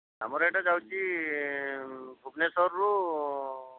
ଆମର ଏଇଟା ଯାଉଛି ଭୁବନେଶ୍ୱରରୁ